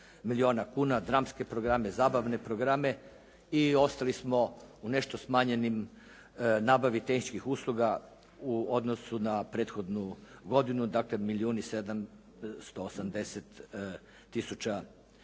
milijuna kuna, dramske programe, zabavne programe i ostali smo u nešto smanjenim nabavi tehničkih usluga u odnosu na prethodnu godinu, dakle milijun